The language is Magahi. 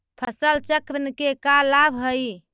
फसल चक्रण के का लाभ हई?